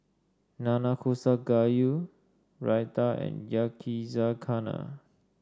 Nanakusa Gayu Raita and Yakizakana